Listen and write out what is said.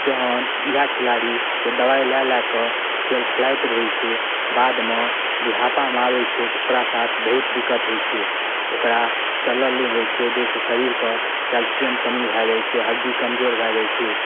जहन इएह खिलाड़ी दबाइ लऽ लऽ कऽ खेल खेलाइत रहै छै बादमे बुढ़ापामे आबै छै तऽ ओकरा साथ बहुत दिक्कत होइ छै ओकरा चलल नहि होइ छै जाहि सऽ शरीरके केल्सियमके कमी भऽ जाइ छै हड्डी कमजोर भऽ जाइ छै